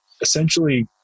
Essentially